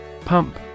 Pump